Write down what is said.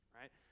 right